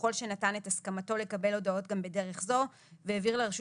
ככל שנתן את הסכמתו לקבל הודעות גם בדרך זו והעביר לרשות